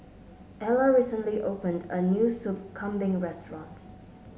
Ellar recently opened a new Soup Kambing restaurant